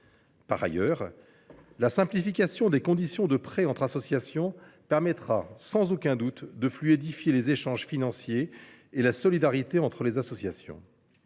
Par ailleurs, la simplification des conditions de prêt entre associations permettra sans aucun doute de fluidifier les échanges financiers et la solidarité entre elles. Ces points